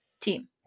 team